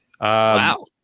wow